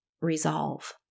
resolve